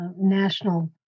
national